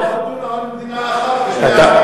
הוא חתום על מדינה אחת לשני עמים.